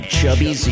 Chubby